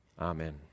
Amen